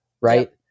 right